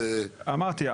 אמרתי,